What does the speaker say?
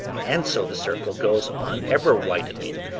and so the circle goes on ever widening,